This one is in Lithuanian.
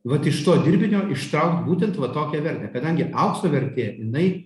vat iš to dirbinio ištraukt būtent va tokią vertę kadangi aukso vertė jinai